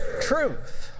truth